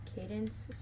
cadence